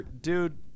Dude